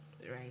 right